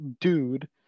dude